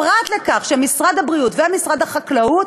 פרט לכך שמשרד הבריאות ומשרד החקלאות